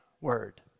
word